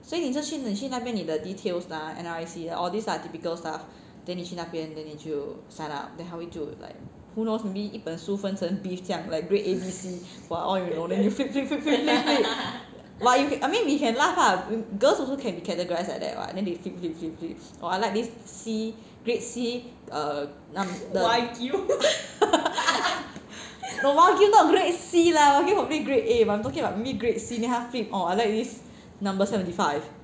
所以你就去你去那边你的 details lah N_R_I_C lah all these lah typical stuff then 你去那边 then 你就 sign up 他会就 like who knows maybe 一本书分成 beef 这样 like grade A B C for all you know then you flip flip flip flip flip but I mean we can laugh lah girls also can be categorized like that [what] then they flip flip flip flip oh I like this C grade C err num~ wagyu not grade C lah wagyu probably grade A I'm talking about maybe grade C then 他 flip oh I like this number seventy five